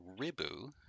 ribu